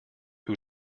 who